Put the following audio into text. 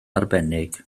arbennig